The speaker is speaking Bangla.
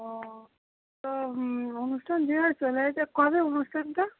ও তো অনুষ্ঠান দে চলে এসছে কবে অনুষ্ঠানটা